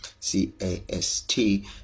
c-a-s-t